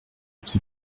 qui